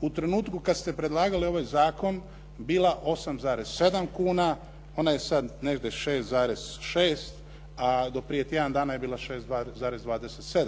u trenutku kada ste predlagali ovaj zakon bila 8,7 kuna, ona je sada negdje 6,6 a do prije tjedan dana je bila 6,27.